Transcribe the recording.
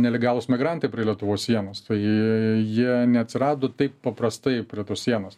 nelegalūs migrantai prie lietuvos sienos tai jie neatsirado taip paprastai prie tos sienos